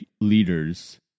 leaders